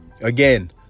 Again